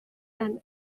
and